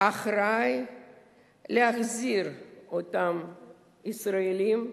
אחראי להחזיר את אותם ישראלים הביתה.